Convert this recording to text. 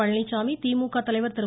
பழனிச்சாமி திமுக தலைவர் திரு